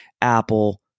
Apple